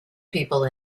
people